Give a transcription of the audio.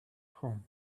home